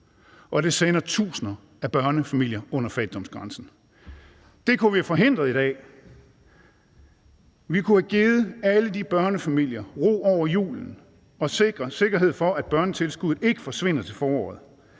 Og det sender tusinder af børnefamilier under fattigdomsgrænsen. Det kunne vi have forhindret i dag. Vi kunne have givet alle de børnefamilier ro hen over julen og sikret sikkerhed for, at børnetilskuddet ikke forsvinder til foråret.